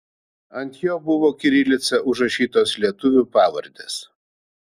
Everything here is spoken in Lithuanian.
ant jo buvo kirilica užrašytos lietuvių pavardės